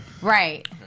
Right